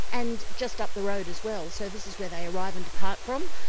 and just up the road as well. so this is where they arrive and depart from.